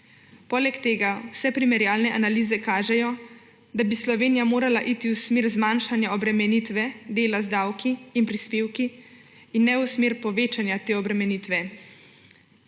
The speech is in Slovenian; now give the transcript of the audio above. Poleg tega vse primerjalne analize kažejo, da bi Slovenija morala iti v smer zmanjšanja obremenitve dela z davki in prispevki in ne v smer povečanja te obremenitve.